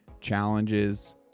challenges